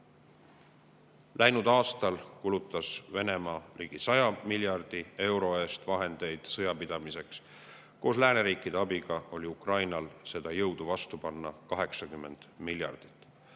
Läinud aastal kulutas Venemaa ligi 100 miljardi euro eest vahendeid sõja pidamiseks. Koos lääneriikide abiga oli Ukrainal seda jõudu vastu panna 80 miljardit.